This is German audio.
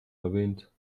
erwähnt